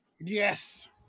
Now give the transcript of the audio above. Yes